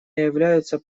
являются